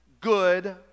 good